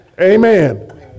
Amen